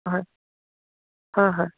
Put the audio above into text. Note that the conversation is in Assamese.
হয় হয় হয়